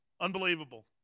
Unbelievable